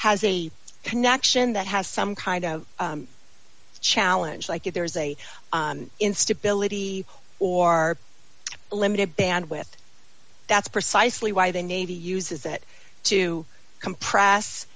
has a connection that has some kind of challenge like if there's a instability or are a limited bandwidth that's precisely why the navy uses it to compress